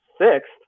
sixth